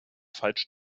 falsch